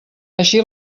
així